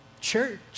church